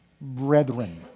brethren